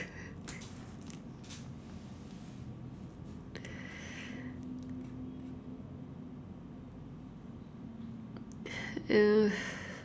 uh